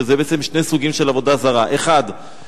וזה בעצם שני סוגים של עבודה זרה: אחד,